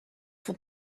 for